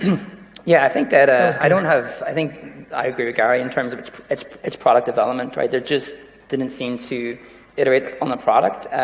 yeah i think that, ah i don't have, i think i agree with gary in terms of it's it's product development, right, there just didn't seem to iterate on the product,